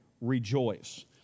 rejoice